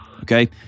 Okay